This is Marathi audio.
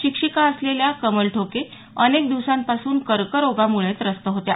शिक्षिका असलेल्या कमल ठोके अनेक दिवसांपासून कर्करोगानं त्रस्त होत्या